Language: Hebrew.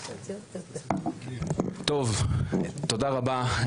טוב תודה רבה,